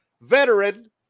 veteran